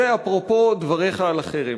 זה אפרופו דבריך על החרם.